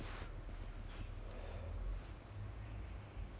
对 then like 十四天 she also don't know where to go and find err